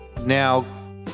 now